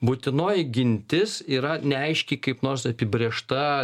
būtinoji gintis yra neaiškiai kaip nors apibrėžta